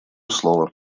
слово